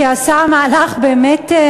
שעשה מהלך באמת,